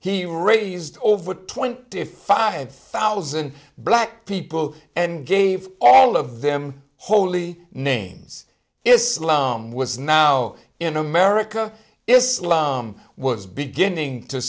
he raised over twenty five thousand black people and gave all of them holy names islam was now in america is was beginning to